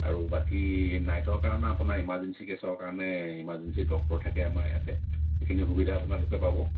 আৰু বাকী নাইটৰ কাৰণে আপোনাৰ ইমাৰ্জেঞ্চি কেছৰ কাৰণে ইমাৰ্জেঞ্চি ডক্টৰ থাকে আমাৰ ইয়াতে সেইখিনি সুবিধা আপোনালোকে পাব